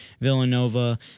Villanova